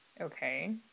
Okay